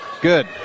Good